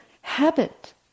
habit